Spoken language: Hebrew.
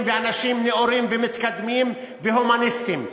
ואנשים נאורים ומתקדמים והומניסטים.